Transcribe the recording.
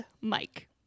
mike